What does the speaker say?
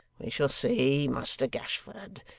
we shall see, muster gashford,